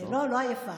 לא, לא עייפה.